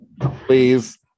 please